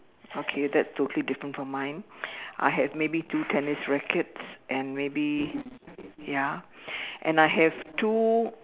okay that's totally different from mine I have maybe two tennis rackets and maybe ya and I have two